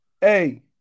Hey